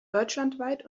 deutschlandweit